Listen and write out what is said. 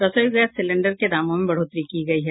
रसोई gas cylinder के दामों में बढ़ोतरी की गयी है